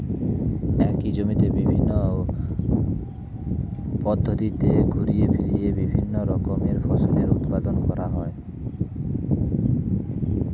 একই জমিতে বিভিন্ন পদ্ধতিতে ঘুরিয়ে ফিরিয়ে বিভিন্ন রকমের ফসলের উৎপাদন করা হয়